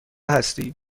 هستی